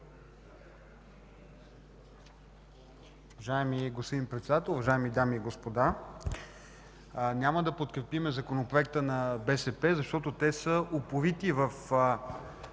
Уважаеми господин Председател, уважаеми дами и господа! Няма да подкрепим Законопроекта на БСП, защото те са упорити в